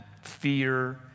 fear